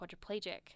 quadriplegic